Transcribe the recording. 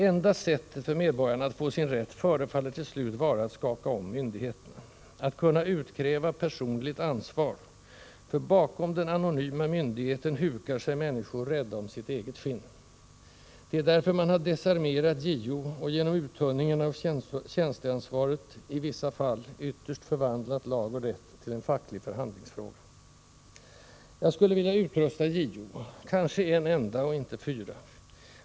Enda sättet för medborgarna att få sin rätt förefaller till slut vara att skaka om myndigheterna, att kunna utkräva personligt ansvar, för bakom den anonyma myndigheten hukar sig människor rädda om sitt eget skinn. Det är därför man har desarmerat JO och genom uttunningen av tjänsteansvaret i vissa fall ytterst förvandlat lag och rätt till en facklig förhandlingsfråga. Jag skulle vilja utrusta JO — kanske en enda och inte fyra?